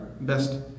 best